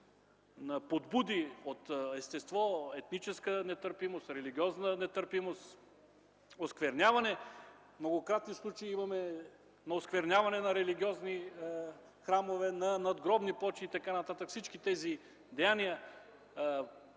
на подбуди от естество етническа нетърпимост, религиозна нетърпимост, оскверняване. Имаме многократни случаи на оскверняване на религиозни храмове, на надгробни плочи и така нататък. Трябва